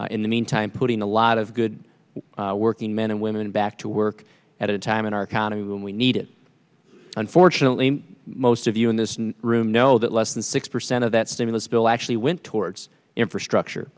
needs in the meantime putting a lot of good working men and women back to work at a time in our economy when we need it unfortunately most of you in this room know that less than six percent of that stimulus bill actually went towards infrastructure